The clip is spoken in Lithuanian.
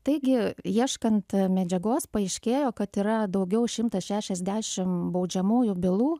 taigi ieškant medžiagos paaiškėjo kad yra daugiau šimtas šešiasdešimt baudžiamųjų bylų